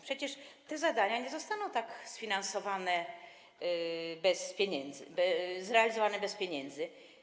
Przecież te zadania nie zostaną tak sfinansowane bez pieniędzy, zrealizowane bez pieniędzy.